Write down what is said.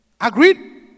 Agreed